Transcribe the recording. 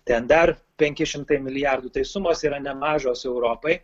ten dar penki šimtai milijardų tai sumos yra nemažos europai